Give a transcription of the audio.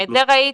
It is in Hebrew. --- את זה ראיתי.